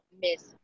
Miss